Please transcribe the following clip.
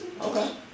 Okay